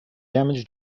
damage